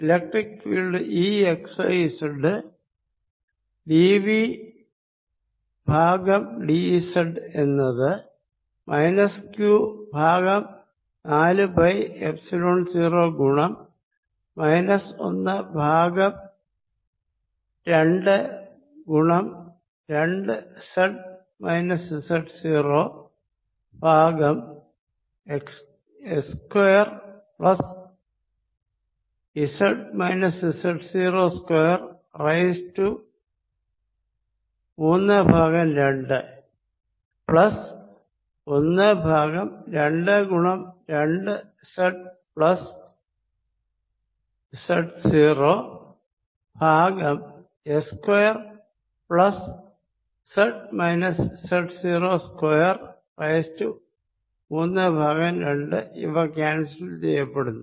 electric field Exyz D V by D z എന്നത് minus q by നാലു pi epsilon 0 ഗുണം minus ഒന്ന് by രണ്ട് ഗുണം രണ്ട് z minus z 0 by s square plus z z 0 square raised to മൂന്ന് by രണ്ട് plus ഒന്ന് ബൈ രണ്ട് ഗുണം രണ്ട് z plus z 0 by s square plus z z 0 square raised to മൂന്ന് ബൈ രണ്ട് ഇവ ക്യാൻസൽ ചെയ്യപ്പെടുന്നു